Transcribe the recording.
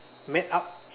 met up